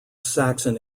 saxon